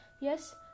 Yes